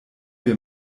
wir